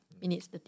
Minutes